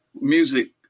music